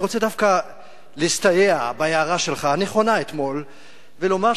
אני רוצה דווקא להסתייע בהערה הנכונה שלך אתמול ולומר,